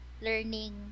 learning